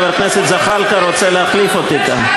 חבר הכנסת זחאלקה רוצה להחליף אותי כאן.